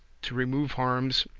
to remove harms,